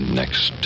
next